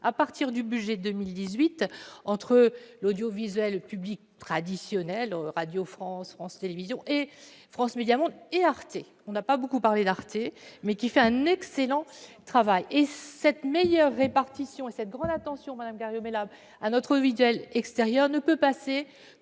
à partir du budget pour 2018 entre l'audiovisuel public traditionnel : Radio France, France Télévisions, FMM et ARTE - on n'a pas beaucoup parlé d'ARTE, qui fait un excellent travail. Cette meilleure répartition et cette grande attention, madame Garriaud-Maylam, à notre audiovisuel extérieur ne peuvent passer